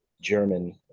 german